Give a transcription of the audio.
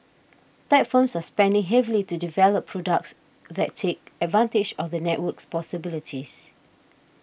tech firms are spending heavily to develop products that take advantage of the network's possibilities